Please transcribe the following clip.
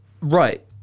Right